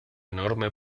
enorme